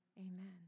amen